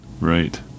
Right